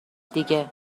دیگه